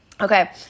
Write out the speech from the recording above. Okay